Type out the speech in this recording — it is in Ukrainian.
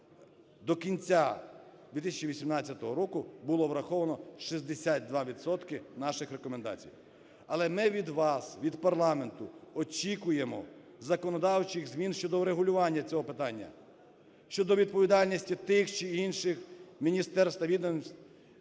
До кінця 2018 року було враховано 62 відсотки наших рекомендацій. Але ми від вас, від парламенту, очікуємо законодавчих змін щодо врегулювання цього питання, щодо відповідальності тих чи інших міністерств та відомств,